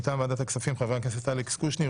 מטעם ועדת הכספים חבר הכנסת אלכס קושניר,